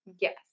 Yes